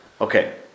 Okay